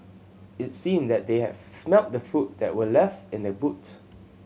it seemed that they have smelt the food that were left in the boot